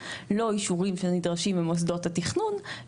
לא אישורים שנדרשים ממוסדות התכנון,